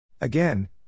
Again